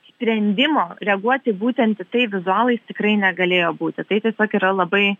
sprendimo reaguoti būtent į tai vizualais tikrai negalėjo būti tai tiesiog yra labai